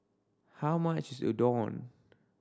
how much is Udon